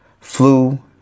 flu